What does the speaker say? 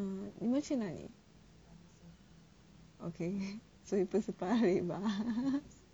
um 你们去哪里 okay 所以不是 paya lebar